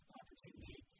opportunity